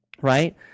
right